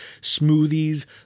smoothies